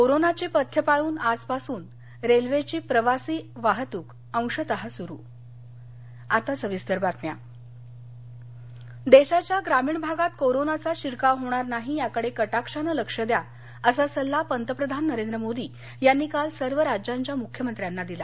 कोरोनाची पथ्य पाळून आजपासून रेल्वेची प्रवासी वाहतूक अंशतः सुरू पंतप्रधान देशाच्या ग्रामीण भागात कोरोनाचा शिरकाव होणार नाही याकडे कटाक्षानं लक्ष द्या असा सल्ला पंतप्रधान नरेंद्र मोदी यांनी काल सर्व राज्यांच्या मुख्यमंत्र्यांना दिला